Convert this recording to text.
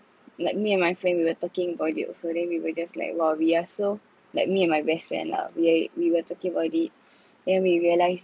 like me and my friend we were talking about it also then we were just like !wow! we are so like me and my best friend lah we are we were talking about it then we realise